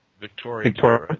Victoria